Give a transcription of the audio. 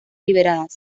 liberadas